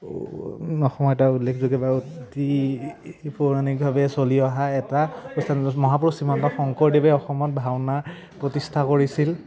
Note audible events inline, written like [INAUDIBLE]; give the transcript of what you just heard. [UNINTELLIGIBLE] অসম এটা উল্লেখযোগ্য বা অতি পৌৰাণিকভাৱে চলি অহা এটা [UNINTELLIGIBLE] মহাপুৰুষ শ্ৰীমন্ত শংকৰদেৱে অসমত ভাওনাৰ প্ৰতিষ্ঠা কৰিছিল